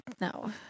no